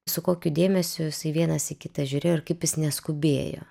su kokiu dėmesiu jisai vienas į kitą žiūrėjo ir kaip jis neskubėjo